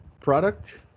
product